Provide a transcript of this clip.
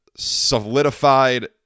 solidified